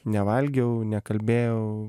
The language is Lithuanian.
nevalgiau nekalbėjau